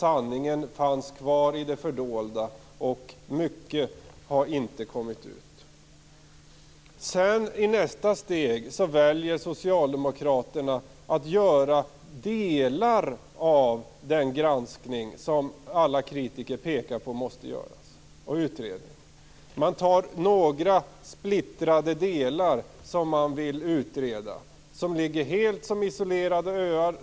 Sanningen fanns kvar i det fördolda, mycket har inte kommit ut. I nästa steg väljer socialdemokraterna att göra delar av den granskning och utredning som alla kritiker pekar på måste göras. Man tar några splittrade delar som man vill utreda. De ligger som helt isolerade öar.